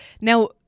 Now